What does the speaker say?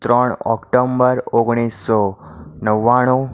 ત્રણ ઓક્ટોબર ઓગણીસો નવ્વાણું